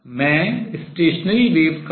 मैं stationary waves अप्रगामी तरंगें कहूँगा